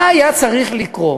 מה היה צריך לקרות